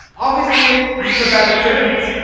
obviously, this is a bad attempt,